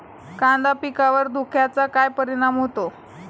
कांदा पिकावर धुक्याचा काय परिणाम होतो?